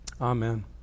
Amen